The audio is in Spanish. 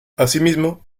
asimismo